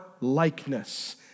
likeness